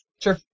Sure